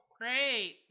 Great